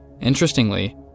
Interestingly